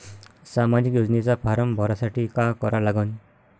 सामाजिक योजनेचा फारम भरासाठी का करा लागन?